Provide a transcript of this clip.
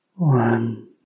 one